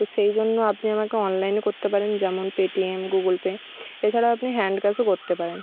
তো সেই জন্য আপনি আমাকে অনলাইনও করতে পারেন যেমন পেটিএম গুগল পে এছাড়াও আপনি হ্যান্ড ক্যাশও করতে পারেন